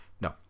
no